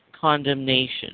condemnation